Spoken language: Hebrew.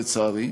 לצערי,